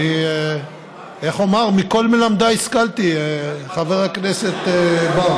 איך אומרים, מכל מלמדיי השכלתי, חבר הכנסת בר.